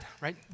right